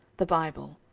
the bible,